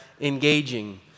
engaging